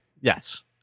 yes